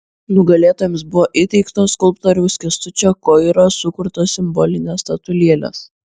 nugalėtojams buvo įteiktos skulptoriaus kęstučio koiros sukurtos simbolinės statulėlės